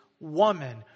woman